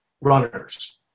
runners